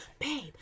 babe